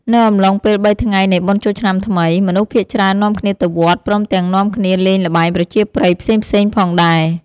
នៅអំឡុងពេល៣ថ្ងៃនៃបុណ្យចូលឆ្នាំថ្មី មនុស្សភាគច្រើននាំគ្នាទៅវត្ត ព្រមទាំងនាំគ្នាលេងល្បែងប្រជាប្រិយផ្សេងៗផងដែរ ។